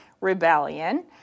rebellion